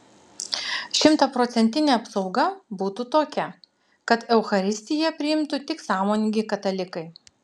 šimtaprocentinė apsauga būtų tokia kad eucharistiją priimtų tik sąmoningi katalikai